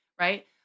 right